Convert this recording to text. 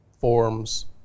forms